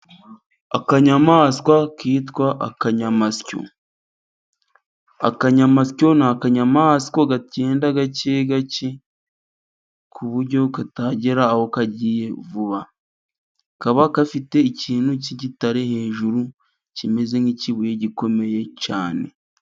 Akanyamaswa kitwa akanyamasyo, akanyamasyo ni akanyamaswa kagenda gake gake ku buryo katagera aho kagiye vuba, kaba gafite ikintu cy'igitare hejuru kimeze nk'ikibuye gikomeye cyane.